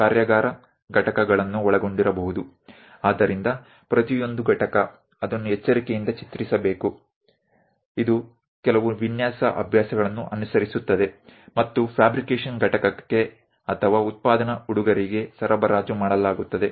તેથી દરેક ભાગને ઘટકને કોઈએ કાળજીપૂર્વક દોરવાનો છે જે ચોક્કસ ડિઝાઇન પદ્ધતિઓનું પાલન કરે છે અને તેને તે ભાગના ડ્રોઇંગ ને ફેબ્રિકેશન યુનિટ અથવા મેન્યુફેક્ચરિંગ ના માણસો ને આપવામાં આવે છે